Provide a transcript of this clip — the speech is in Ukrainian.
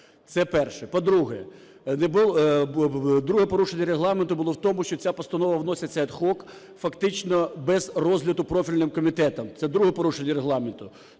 Це перше. По-друге. Друге порушення Регламенту було в тому, що ця постанова вноситься ad hoc фактично без розгляду профільним комітетом. Це друге порушення Регламенту.